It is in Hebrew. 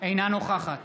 אינה נוכחת